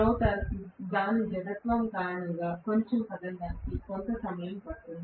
rotor దాని జడత్వం కారణంగా కొంచెం కదలడానికి కొంత సమయం పడుతుంది